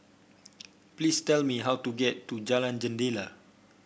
please tell me how to get to Jalan Jendela